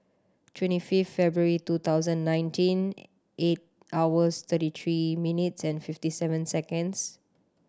twenty fifth February two thousand and nineteen eight hours thirty three minutes and fifty seven seconds